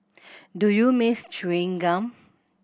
do you miss chewing gum